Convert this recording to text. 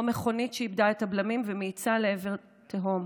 כמו מכונית שאיבדה את הבלמים ומאיצה לעבר תהום.